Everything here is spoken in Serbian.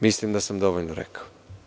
Mislim da sam dovoljno rekao.